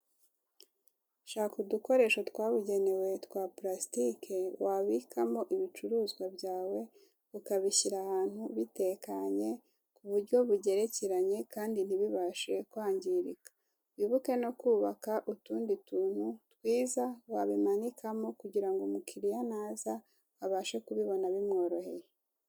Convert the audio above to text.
Shaka udukoresho twabugenewe twa purasitike wabikamo ibicuruzwa byawe ukabishyira ahantu bitekenye kuburyo bigerekeranye kandi ntibibashe kwangirika, wibuke no kubaka utundi tuntu twiza wabimanikamo kugira ngo umukiriya ntaza abashe kubibona bimworoheye.